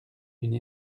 d’une